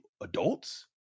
adults